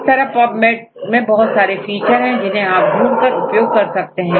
इस तरह PubMed में बहुत सारे फीचर है जिन्हें आप ढूंढ कर उपयोग कर सकते हैं